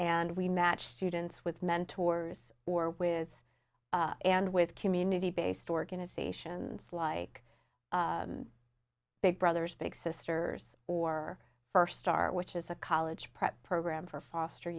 and we match students with mentors or with and with community based organizations it's like big brothers big sisters or first start which is a college prep program for foster